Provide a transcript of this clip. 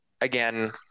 again